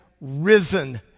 risen